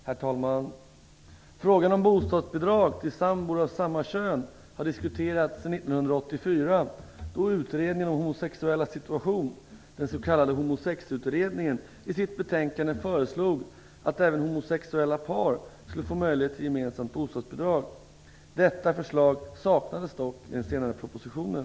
Herr talman! Frågan om bostadsbidrag till sambor av samma kön har diskuterats sedan 1984, då utredningen om homosexuellas situation, den s.k. homosexutredningen, i sitt betänkande föreslog att även homosexuella par skulle få möjlighet till gemensamt bostadsbidrag. Detta förslag saknades dock i den senare propositionen.